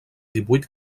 divuit